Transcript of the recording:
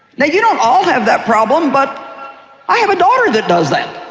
now you don't all have that problem but i have a daughter that does that.